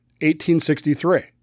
1863